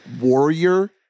warrior